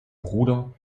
bruder